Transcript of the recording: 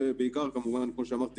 ובעיקר כמובן כמו שאמרתי,